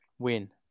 Win